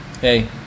hey